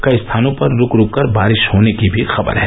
कई स्थानों पर रूक रूक कर बारिश होने की भी खबर है